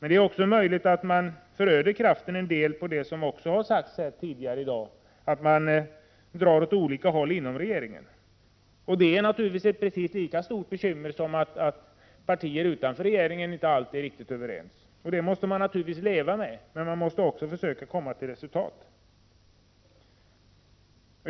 Det är också möjligt att man förödar sin kraft, som det sagts tidigare här i dag, genom att man drar åt olika håll inom regeringen. Det är naturligtvis ett lika stort bekymmer som att partierna utanför regeringen inte alltid är överens. Det måste man naturligtvis leva med, men man måste också försöka nå resultat.